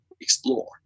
explore